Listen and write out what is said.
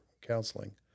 counseling